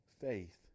Faith